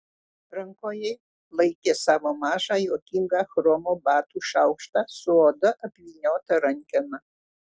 rankoje laikė savo mažą juokingą chromo batų šaukštą su oda apvyniota rankena